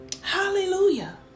Hallelujah